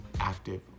active